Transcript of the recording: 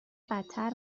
بدتر